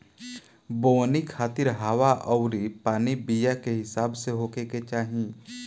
बोवनी खातिर हवा अउरी पानी बीया के हिसाब से होखे के चाही